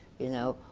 you know,